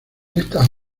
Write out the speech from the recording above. estas